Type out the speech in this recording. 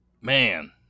Man